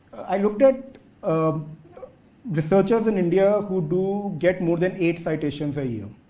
i looked at um researchers in india who do get more than eight citations a year,